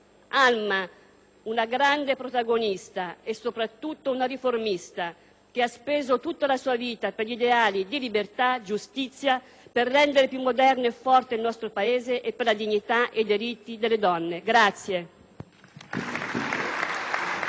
Alma, una grande protagonista e, soprattutto, una riformista, che ha speso tutta la sua vita per gli ideali di libertà e giustizia, per rendere più moderno e forte il nostro Paese e per la dignità e i diritti delle donne.